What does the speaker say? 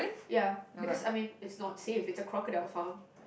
ya because I mean it's not safe with the crocodile farm